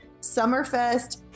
Summerfest